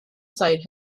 site